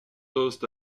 toast